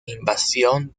invasión